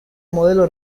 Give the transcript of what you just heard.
modelo